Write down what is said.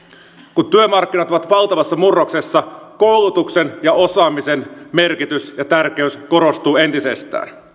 kun työmarkkinat ovat valtavassa murroksessa koulutuksen ja osaamisen merkitys ja tärkeys korostuvat entisestään